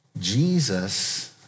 Jesus